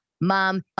Mom